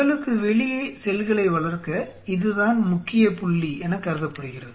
உடலுக்கு வெளியே செல்களை வளர்க்க இதுதான் முக்கிய புள்ளி எனக் கருதப்படுகிறது